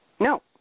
No